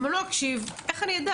אם אני לא אקשיב איך אני אדע?